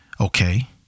okay